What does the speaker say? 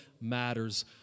matters